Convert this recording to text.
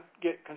get